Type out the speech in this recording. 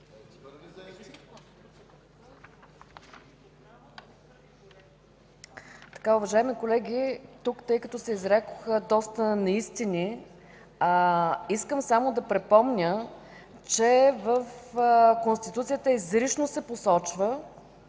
Уважаеми колеги, тъй като тук се изрекоха доста неистини, искам само да припомня, че в Конституцията изрично се посочва